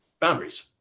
boundaries